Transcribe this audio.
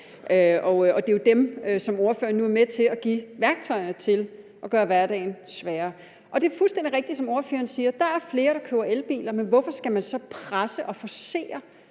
og det er jo dem, som ordføreren nu er med til at give værktøjerne til at gøre hverdagen sværere. Det er jo fuldstændig rigtigt, som ordføreren siger, at der er flere, der køber elbiler. Men hvorfor skal man så presse og forcere